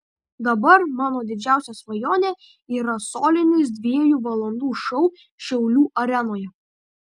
dabar mano didžiausia svajonė yra solinis dviejų valandų šou šiaulių arenoje